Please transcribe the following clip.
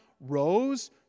rose